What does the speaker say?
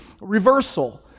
reversal